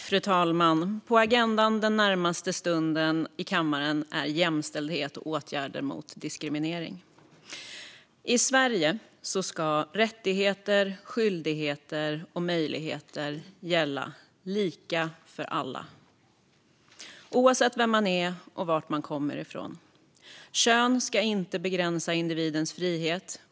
Fru talman! På agendan den närmaste stunden i kammaren står jämställdhet och åtgärder mot diskriminering. I Sverige ska rättigheter, skyldigheter och möjligheter gälla lika för alla, oavsett vem man är och var man kommer ifrån. Kön ska inte begränsa individens frihet.